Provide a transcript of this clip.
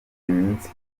iminsi